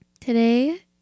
today